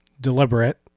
deliberate